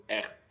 echt